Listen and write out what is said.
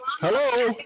Hello